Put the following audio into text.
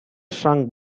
shrunk